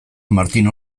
martin